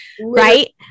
right